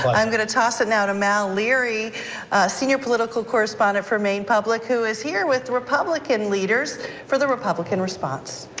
i'm going to toss it now to mal leary senior political correspondent for maine public who is here with republican leaders for the republican response.